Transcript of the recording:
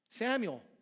Samuel